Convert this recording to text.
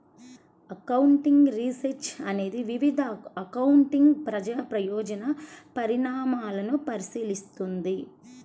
accounting research అనేది వివిధ accounting ప్రజా ప్రయోజన పరిణామాలను పరిశీలిస్తుంది